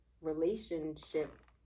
relationship